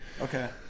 Okay